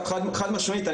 חד משמעית,